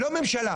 לא הממשלה.